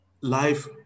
life